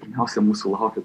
pirmiausia mūsų laukia